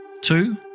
Two